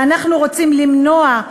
ואנחנו רוצים למנוע,